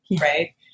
right